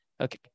okay